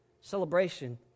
Celebration